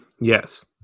Yes